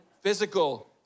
physical